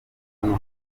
hantu